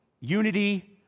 unity